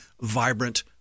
vibrant